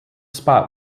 spot